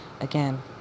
again